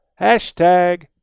Hashtag